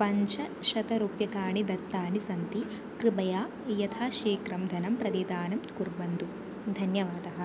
पञ्चशतरूप्यकाणि दत्तानि सन्ति कृपया यथाशीगघ्रं धनं प्रतिदानं कुर्वन्तु धन्यवादः